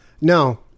No